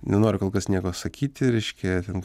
nenoriu kol kas nieko sakyti reiškia ten